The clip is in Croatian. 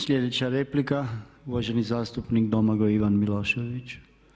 Sljedeća replika uvaženi zastupnik Domagoj Ivan Milošević.